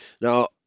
Now